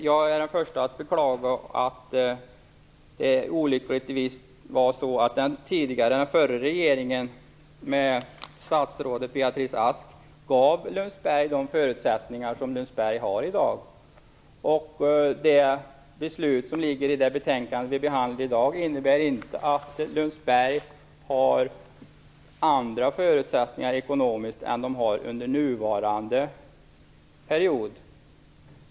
Jag är den förste att beklaga att den förra regeringen med statsrådet Beatrice Ask gav Lundsberg de förutsättningar som skolan har i dag. Förslaget i det betänkande som vi behandlar i dag innebär inte att Lundsberg kommer att få andra förutsättningar ekonomiskt än de man har under nuvarande period.